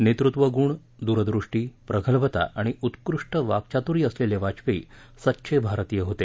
नेतृत्त्गुण दूरदृष्टी प्रगल्भता आणि उत्कृष्ट वाक्चातुर्य असलेले वाजपेयी सच्चे भारतीय होते